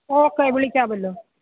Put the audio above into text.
okay വിളിക്കാമല്ലോ